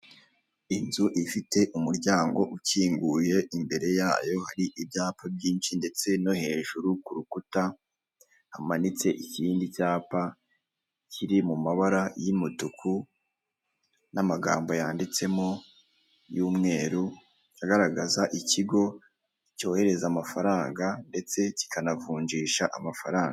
Inzu ifite umuryango ukinguye, imbere yayo hari ibyapa byinshi ndetse no hejuru ku rukuta hamanitse ikindi cyapa kiri mu mabara y'umutuku n'amagambo yanditsemo y'umweru, agaragaza ikigo cyohereza amafaranga ndetse kikanavunjisha amafaranga